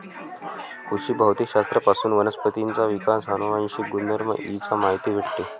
कृषी भौतिक शास्त्र पासून वनस्पतींचा विकास, अनुवांशिक गुणधर्म इ चा माहिती भेटते